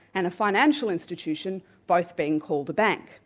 and a financial institution both being called a bank.